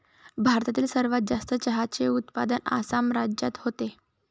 भारतातील सर्वात जास्त चहाचे उत्पादन आसाम राज्यात होते